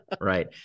Right